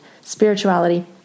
spirituality